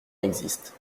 existe